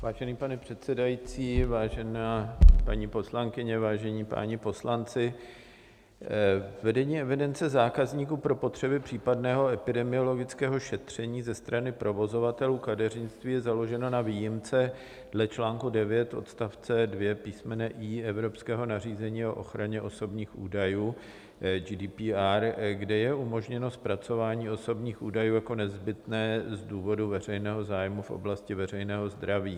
Vážený pane předsedající, vážené paní poslankyně, vážení páni poslanci, vedení evidence zákazníků pro potřeby případného epidemiologického šetření ze strany provozovatelů kadeřnictví je založeno na výjimce dle čl. 9 odst. 2 písm. i) evropského nařízení o ochraně osobních údajů GDPR, kde je umožněno zpracování osobních údajů jako nezbytné z důvodu veřejného zájmu v oblasti veřejného zdraví.